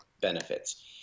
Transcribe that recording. benefits